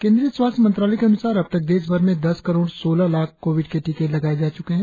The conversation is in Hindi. केंद्रीय स्वास्थ्य मंत्रालय के अन्सार अब तक देशभर में दस करोड़ सोलह लाख कोविड के टीके लगाए जा च्के हैं